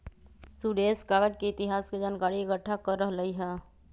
सुरेश कागज के इतिहास के जनकारी एकट्ठा कर रहलई ह